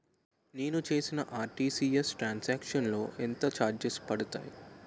నేను చేసిన RTGS transaction లో పై ఎంత చార్జెస్ పడతాయి?